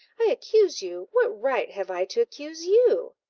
i accuse you! what right have i to accuse you?